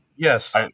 yes